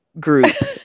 group